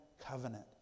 covenant